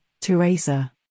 Teresa